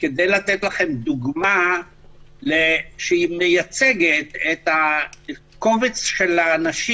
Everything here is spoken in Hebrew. כדי לתת לכם דוגמה שמייצגת את קובץ האנשים